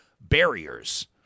barriers